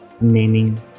Naming